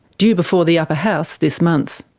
due before the upper house this month.